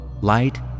light